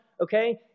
okay